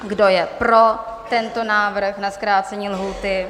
Kdo je pro tento návrh na zkrácení lhůty?